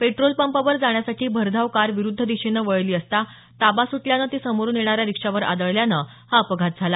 petrol पंपावर जाण्यासाठी भरधाव कार विरुद्ध दिशेनं वळली असता ताबा सुटल्याचं ती समोरुन येणाऱ्या रिक्षावर आदळल्यानं हा अपघात झाला